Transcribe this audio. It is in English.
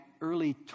early